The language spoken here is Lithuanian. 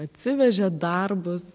atsivežė darbus